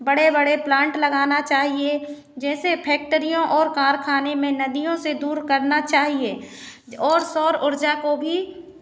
बड़े बड़े प्लांट लगाना चाहिए जैसे फैक्टरियों और कारखाने में नदियों से दूर करना चाहिए ज और सौर ऊर्जा को भी